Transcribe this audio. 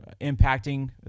impacting